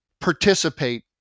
participate